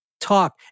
talk